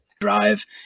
drive